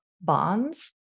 bonds